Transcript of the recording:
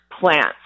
plants